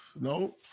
No